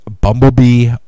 Bumblebee